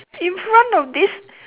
in front of this